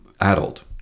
adult